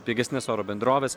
pigesnes oro bendroves